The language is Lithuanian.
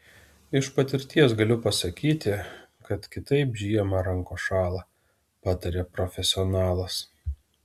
iš patirties galiu pasakyti kad kitaip žiemą rankos šąla pataria profesionalas